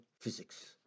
physics